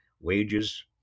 wages